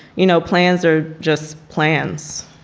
you know, plans are just plans.